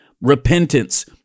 Repentance